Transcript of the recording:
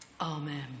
Amen